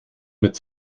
mit